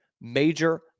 Major